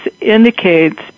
indicates